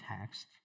text